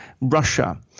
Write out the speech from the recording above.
Russia